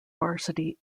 varsity